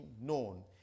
known